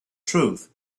truth